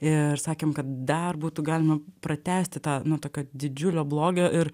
ir sakėm kad dar būtų galima pratęsti tą nu tokio didžiulio blogio ir